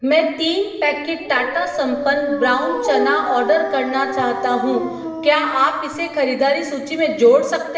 मैं तीन packet Tata Sampann brown chana order करना चाहता हूँ क्या आप इसे खरीददारी सूचि में जोड़ सकते